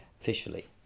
officially